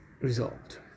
resolved